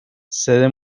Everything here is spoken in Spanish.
sede